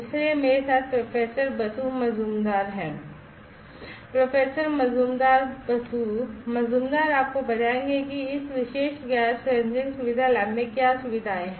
इसलिए मेरे साथ प्रोफेसर बसु मजुमदार हैं प्रोफेसर मजुमदार बसु मजुमदार आपको बताएंगे कि इस विशेष गैस सेंसिंग सुविधा लैब में क्या सुविधाएं हैं